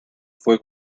fue